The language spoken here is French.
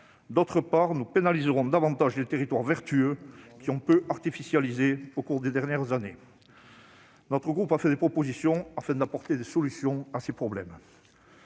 mais nous pénaliserons davantage les territoires vertueux, qui ont peu artificialisé au cours des dernières années. Les élus de notre groupe ont formulé des propositions afin d'apporter des solutions à ces problèmes.